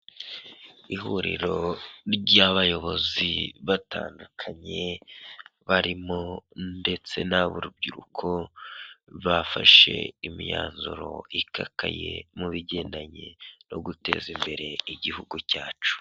Ihuriro ry'abayobozi batandukanye barimo ndetse n'ab'urubyiruko, bafashe imyanzuro ikakaye mu bigendanye no guteza imbere igihugu cyacu.